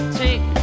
take